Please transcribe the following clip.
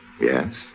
Yes